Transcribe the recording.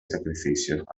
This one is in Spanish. sacrificios